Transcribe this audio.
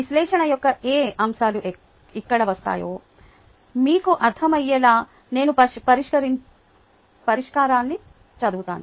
విశ్లేషణ యొక్క ఏ అంశాలు ఇక్కడ వస్తాయో మీకు అర్థమయ్యేలా నేను పరిష్కారాన్ని చదువుతాను